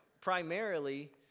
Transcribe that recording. primarily